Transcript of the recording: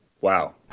wow